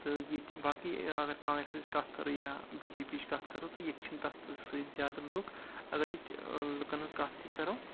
تہٕ ییتہِ باقے اَگر کانگرٮ۪سٕچ کَتھ کَرو یا بی جے پی ہچ کَتھ کَرو ییٚتہِ چھِ نہٕ تَتھ سۭتۍ زیادٕ لُکھ اَگر ییٚتہِ لُکَن ہٕنٛز کَتھ تہِ کَرو